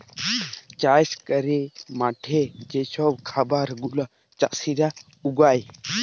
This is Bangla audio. চাষ ক্যইরে মাঠে যে ছব খাবার গুলা চাষীরা উগায়